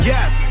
Yes